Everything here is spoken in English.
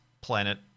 planet